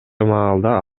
маалда